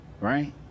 Right